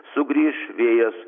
sugrįš vėjas